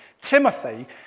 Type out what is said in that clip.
Timothy